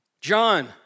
John